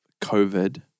COVID